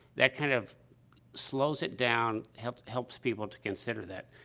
that kind of slows it down, helps helps people to consider that.